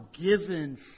given